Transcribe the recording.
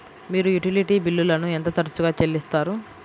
మీరు యుటిలిటీ బిల్లులను ఎంత తరచుగా చెల్లిస్తారు?